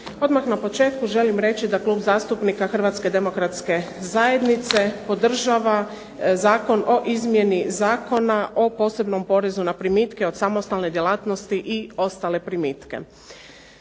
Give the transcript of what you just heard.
Odmah na početku želim reći da Klub zastupnika Hrvatske demokratske zajednice podražva Zakon o izmjeni Zakona o posebnom porezu na primitke od samostalne djelatnosti i ostale primitke.